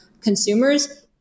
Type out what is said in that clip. consumers